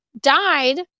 died